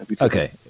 Okay